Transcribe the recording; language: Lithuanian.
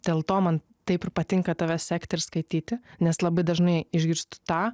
dėl to man taip ir patinka tave sekti ir skaityti nes labai dažnai išgirstu tą